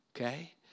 Okay